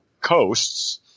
coasts